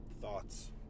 thoughts